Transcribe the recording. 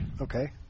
Okay